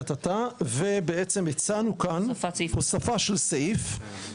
והצענו כאן הוספה של סעיף,